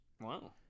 wow